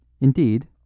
Indeed